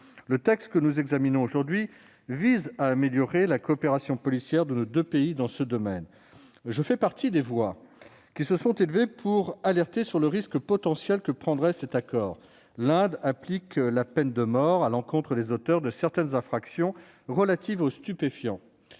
à notre approbation cet après-midi vise à améliorer la coopération policière entre nos deux pays dans ce domaine. Je fais partie des voix qui se sont élevées pour alerter sur le risque potentiel que comporterait cet accord. De fait, l'Inde applique la peine de mort à l'encontre des auteurs de certaines infractions relatives aux stupéfiants.